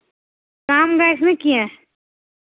کَم گژھِ نہٕ کیٚنہہ